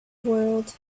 world